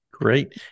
Great